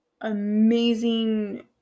amazing